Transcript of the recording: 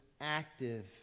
active